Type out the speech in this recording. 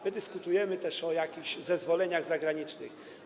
My dyskutujemy też o jakichś zezwoleniach zagranicznych.